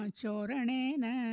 Choranena